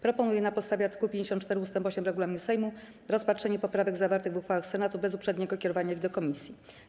Proponuję na podstawie art. 54 ust. 8 regulaminu Sejmu rozpatrzenie poprawek zawartych w uchwałach Senatu bez uprzedniego kierowania ich do komisji.